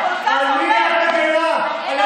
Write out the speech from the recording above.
על מי את מגינה, חברת הכנסת גולן?